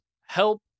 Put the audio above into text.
help